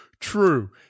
true